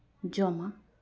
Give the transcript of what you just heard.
ᱡᱚᱢᱟ